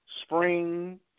spring